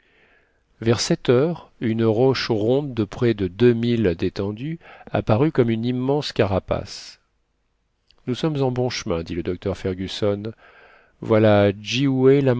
vers sept heures une roche ronde de près de deux milles d'étendue apparut comme une immense carapace nous sommes en bon chemin dit le docteur fergusson voilà